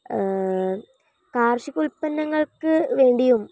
കാർഷിക ഉൽപ്പന്നങ്ങൾക്ക് വേണ്ടിയും